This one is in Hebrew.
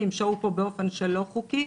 כי הם שהו פה באופן לא חוקי.